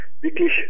wirklich